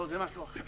לא, זה משהו אחר.